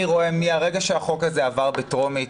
מהרגע שהצעת החוק הזאת עברה בקריאה הטרומית